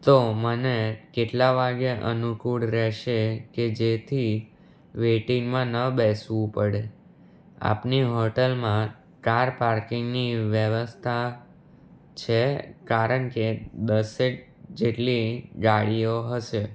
તો મને કેટલા વાગે અનુકૂળ રહેશે કે જેથી વેઇટિંગમાં ન બેસવું પડે આપની હોટલમાં કાર પાર્કિંગની વ્યવસ્થા છે કારણ કે દસેક જેટલી ગાડીઓ હશે